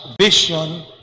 vision